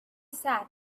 sat